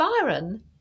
Byron